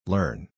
Learn